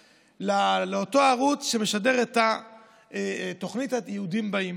לאותו ערוץ שמשדר את התוכנית היהודים באים.